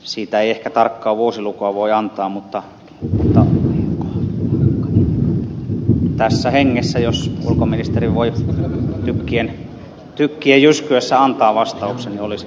siitä ei ehkä tarkkaa vuosilukua voi antaa mutta tässä hengessä jos ulkoministeri voi tykkien jyskyessä antaa vastauksen niin se olisi positiivista